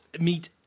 meet